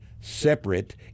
separate